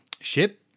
ship